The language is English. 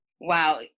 Wow